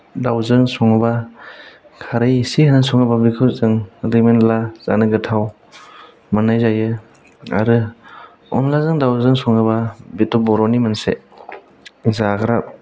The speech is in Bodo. दाउजों सङोबा खारै इसे होना सङोबा बेखौ जों रिमोनला जानो गोथाव मोननाय जायो आरो अनलाजों दाउजों सङोबा बेथ' बर'नि मोनसे जाग्रा